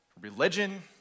religion